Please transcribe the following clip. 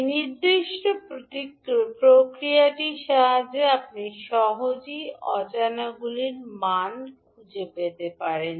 এই নির্দিষ্ট প্রক্রিয়াটির সাহায্যে আপনি সহজেই অজানাগুলির মানগুলি খুঁজে পেতে পারেন